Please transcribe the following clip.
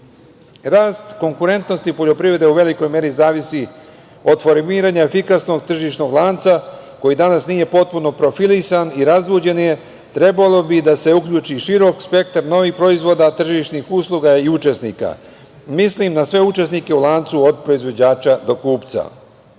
konkurentnosti poljoprivrede u velikoj meri zavisi od formiranja efikasnost tržišnog lanca koji danas nije potpuno profilisan i razuđen je. Trebalo bi da se uključi širok spektar novih proizvoda, tržišnih usluga i učesnika, mislim na sve učesnike u lancu, od proizvođača do kupca.